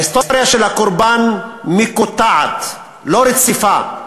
ההיסטוריה של הקורבן מקוטעת, לא רציפה,